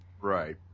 Right